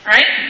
Right